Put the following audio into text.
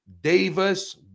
Davis